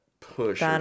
push